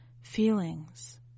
feelings